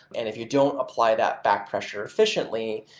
and if you don't apply that back pressure efficiently,